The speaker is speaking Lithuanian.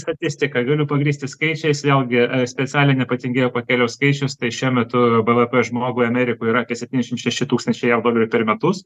statistika galiu pagrįsti skaičiais vėlgi specialiai nepatingėjau pakeliau skaičius tai šiuo metu bvp žmogui amerikoj yra apie septyniasdešim šeši tūkstančiai jav dolerių per metus